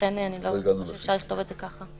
ולכן אני לא מציעה לכתוב את זה ככה.